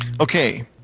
Okay